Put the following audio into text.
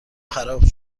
خراب